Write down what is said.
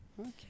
Okay